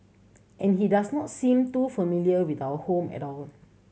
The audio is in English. and he does not seem too familiar with our home at all